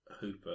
Hooper